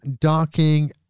docking